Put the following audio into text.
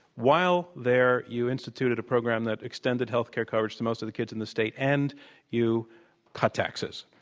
while there, you instituted a program that extended health care coverage to most of the kids in the state and you cut taxes.